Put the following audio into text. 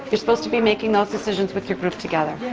you're supposed to be making those decisions with your group together.